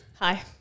Hi